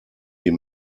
die